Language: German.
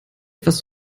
etwas